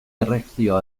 erreakzio